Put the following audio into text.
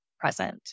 present